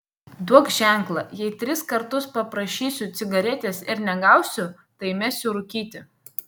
duok ženklą jei tris kartus paprašysiu cigaretės ir negausiu tai mesiu rūkyti